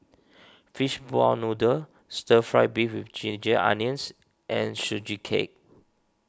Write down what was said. Fishball Noodle Stir Fried Beef with Ginger Onions and Sugee Cake